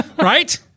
right